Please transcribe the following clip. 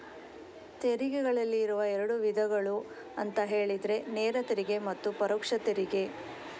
ತೆರಿಗೆನಲ್ಲಿ ಇರುವ ಎರಡು ವಿಧಗಳು ಅಂತ ಹೇಳಿದ್ರೆ ನೇರ ತೆರಿಗೆ ಮತ್ತೆ ಪರೋಕ್ಷ ತೆರಿಗೆ